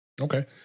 Okay